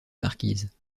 marquise